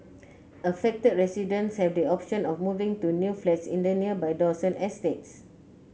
affected residents have the option of moving to new flats in the nearby Dawson estate